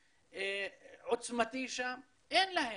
לשוטר: הוא עומד לרצוח אותי, ואז הוא אומר לה: